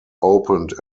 opened